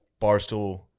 Barstool